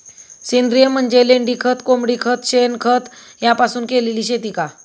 सेंद्रिय म्हणजे लेंडीखत, कोंबडीखत, शेणखत यापासून केलेली शेती का?